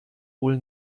wohl